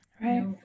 Right